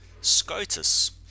SCOTUS